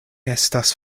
estas